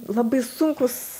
labai sunkus